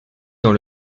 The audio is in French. dans